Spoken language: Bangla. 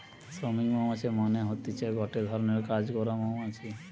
শ্রমিক মৌমাছি মানে হতিছে গটে ধরণের কাজ করা মৌমাছি